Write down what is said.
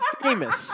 famous